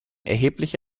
erheblich